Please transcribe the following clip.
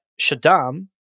Shaddam